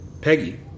Peggy